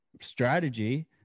strategy